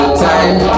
time